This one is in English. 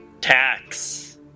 Tax